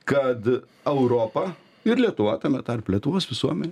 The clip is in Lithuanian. kad europa ir lietuva tame tarpe lietuvos visuomenė